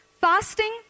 Fasting